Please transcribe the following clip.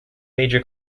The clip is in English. major